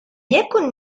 يكن